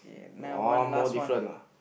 one more different ah